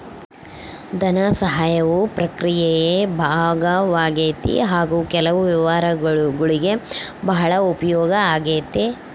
ಧನಸಹಾಯವು ಪ್ರಕ್ರಿಯೆಯ ಭಾಗವಾಗೈತಿ ಹಾಗು ಕೆಲವು ವ್ಯವಹಾರಗುಳ್ಗೆ ಭಾಳ ಉಪಯೋಗ ಆಗೈತೆ